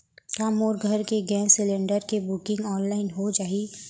का मोर घर के गैस सिलेंडर के बुकिंग ऑनलाइन हो जाही?